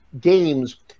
games